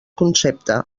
concepte